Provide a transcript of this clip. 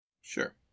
Sure